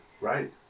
right